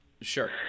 Sure